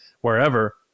wherever